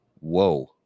Whoa